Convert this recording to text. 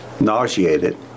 nauseated